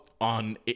On